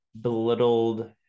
belittled